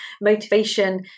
Motivation